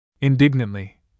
indignantly